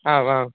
आम् आम्